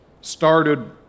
started